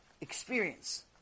experience